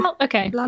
Okay